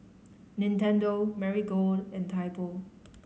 Nintendo Marigold and Typo